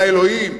לאלוהים,